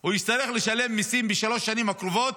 הוא יצטרך לשלם מיסים בשלוש השנים הקרובות,